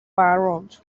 barod